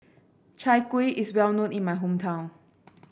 Chai Kueh is well known in my hometown